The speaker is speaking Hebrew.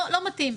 לא מתאים.